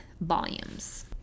volumes